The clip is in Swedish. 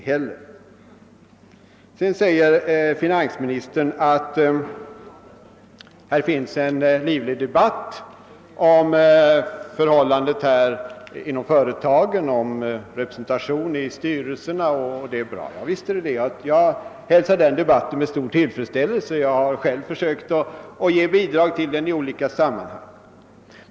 Finansministern säger vidare, att det förekommer en livlig debatt om förhållandena inom företagen och att det är bra. Ja, det är riktigt. Jag hälsar den debatten med stor tillfredsställelse, och jag har själv försökt ge bidrag till den i olika sammanhang.